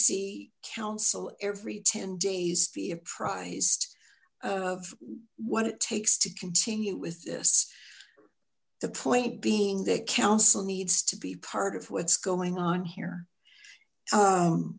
see council every ten days be apprised of what it takes to continue with this the point being that council needs to be part of what's going on here